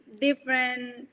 different